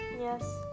Yes